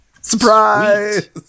surprise